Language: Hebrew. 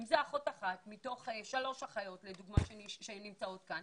אם זה אחות אחת מתוך שלוש אחיות שנמצאות כאן.